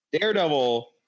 Daredevil